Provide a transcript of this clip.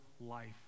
life